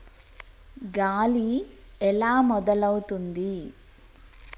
గాలి ఎలా మొదలవుతుంది?